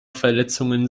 verletzungen